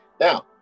Now